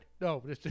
No